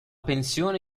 pensione